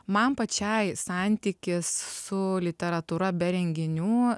man pačiai santykis su literatūra be renginių